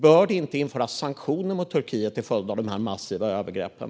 Bör det inte införas sanktioner mot Turkiet till följd av de här massiva övergreppen?